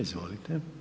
Izvolite.